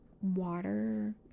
water